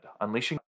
unleashing